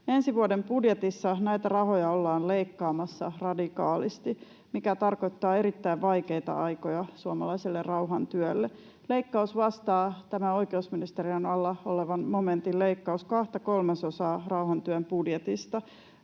Ensi vuoden budjetissa näitä rahoja ollaan leikkaamassa radikaalisti, mikä tarkoittaa erittäin vaikeita aikoja suomalaiselle rauhantyölle. Tämän oikeusministeriön alla olevan momentin leikkaus vastaa kahta kolmasosaa rauhantyön budjetista.